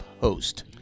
host